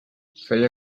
feia